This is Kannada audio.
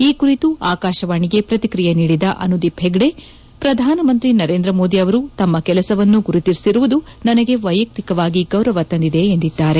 ಈ ಕುರಿತು ಆಕಾಶವಾಣಿಗೆ ಪ್ರತಿಕ್ರಿಯೆ ನೀಡಿದ ಅನುದೀಪ್ ಹೆಗ್ಗೆ ಪ್ರಧಾನಮಂತ್ರಿ ನರೇಂದ್ರ ಮೋದಿ ಅವರು ತಮ್ಮ ಕೆಲಸವನ್ನು ಗುರುತಿಸಿರುವುದು ನನಗೆ ವೈಯಕ್ತಿಕವಾಗಿ ಗೌರವ ತಂದಿದೆ ಎಂದಿದ್ದಾರೆ